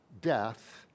death